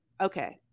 Okay